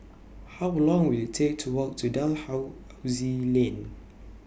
How Long Will IT Take to Walk to Dalhousie Lane